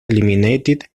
eliminated